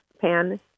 pan